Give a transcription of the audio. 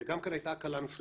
זו גם כן היתה הקלה מסוימת.